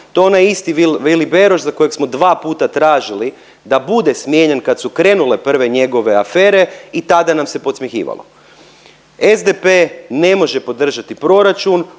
je onaj isti Vili Beroš za kojeg smo dva puta tražili da bude smijenjen kad su krenule prve njegove afere i tada nam se podsmjehivalo. SDP ne može podržati proračun